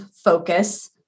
Focus